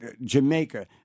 Jamaica